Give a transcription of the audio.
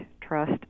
trust